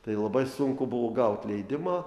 tai labai sunku buvo gaut leidimą